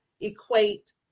equate